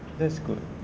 that's good